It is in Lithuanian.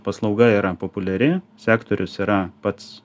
paslauga yra populiari sektorius yra pats